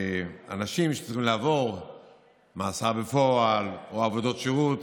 אנשים שצריכים לעבור מאסר בפועל או עבודות שירות,